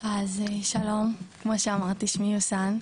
אז שלום, כמו שאמרתי שמי יוסן,